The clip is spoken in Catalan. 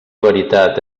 veritat